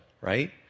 right